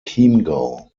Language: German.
chiemgau